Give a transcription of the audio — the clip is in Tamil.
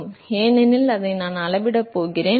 எனவே ஏனெனில் அதைத்தான் நாம் அளவிடப் போகிறோம்